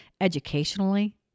educationally